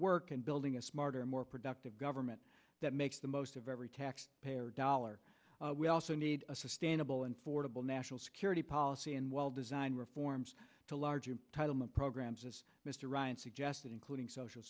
work and building a smarter more productive government that makes the most of every tax payer dollars we also need a sustainable and fordable national security policy and well designed reforms to large and tighten the programs as mr ryan suggested including social